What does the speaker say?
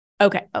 Okay